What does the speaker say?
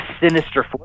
sinister